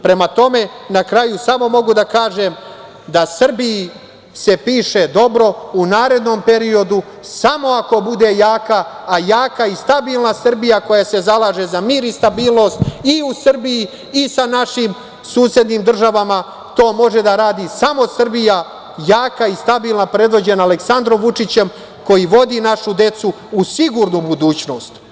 Prema tome, na kraju samo mogu da kažem da se Srbiji piše dobro u narednom periodu samo ako bude jaka, a jaka i stabilna Srbija koja se zalaže za mir i stabilnost i u Srbiji i sa našim susednim država, to može da radi samo Srbija, jaka i stabilna, predvođena Aleksandrom Vučićem, koji vodi našu decu u sigurnu budućnost.